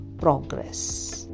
progress